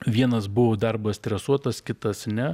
vienas buvo darbas stresuotas kitas ne